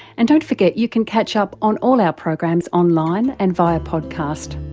and don't forget you can catch up on all our programs online, and via podcast.